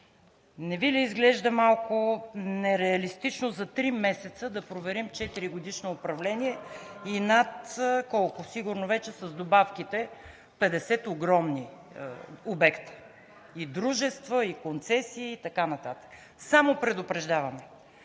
не Ви ли изглежда малко нереалистично за три месеца да проверим четиригодишно управление и над колко – сигурно, вече с добавките 50 огромни обекта и дружества, и концесии, и така нататък. Само предупреждавам,